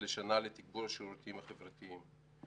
לשנה לתגבור השירותים החברתיים.